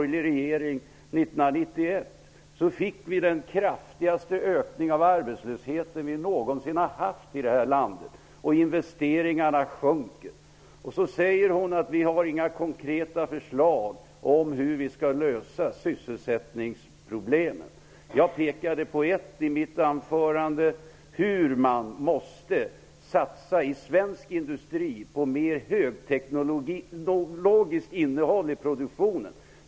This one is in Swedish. fick vi den kraftigaste ökning av arbetslösheten som vi någonsin har haft i det här landet. Investeringarna sjunker. Sedan säger Karin Falkmer att vi socialdemokrater inte har några konkreta förslag om hur sysselsättningsproblemen skall lösas. I mitt anförande pekade jag på att svensk industri måste satsa på mer högteknologiskt innehåll i produktionen.